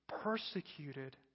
persecuted